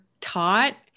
taught